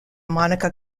monica